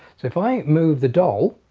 so if i move the doll